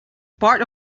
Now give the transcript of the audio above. part